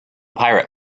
pirate